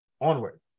onward